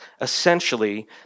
essentially